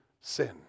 sin